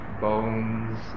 bones